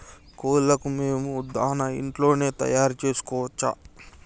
కోళ్లకు మేము దాణా ఇంట్లోనే తయారు చేసుకోవచ్చా?